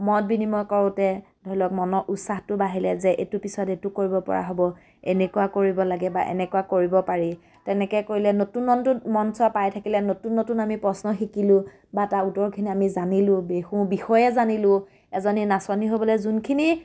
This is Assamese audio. মত বিনিময় কৰোঁতে ধৰি লওক মনৰ উৎসাহটো বাঢ়িলে যে এইটো পিছত এইটো কৰিব পৰা হ'ব এনেকুৱা কৰিব লাগে বা এনেকুৱা কৰিব পাৰি তেনেকৈ কৰিলে নতুন নতুন মঞ্চ পাই থাকিলে নতুন নতুন আমি প্ৰশ্ন শিকিলোঁ বা তাৰ উত্তৰখিনি আমি জানিলোঁ বিহু বিষয়ে জানিলোঁ এজনী নাচনী হ'বলৈ যোনখিনি